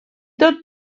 tot